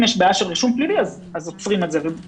אם יש בעיה של רישום פלילי אז עוצרים את זה ובודקים.